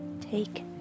Take